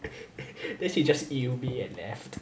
then she just !eww! me and left